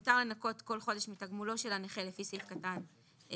ש"מותר לנכות כל חודש מתגמולו של הנכה לפי סעיף קטן (ב)"(1),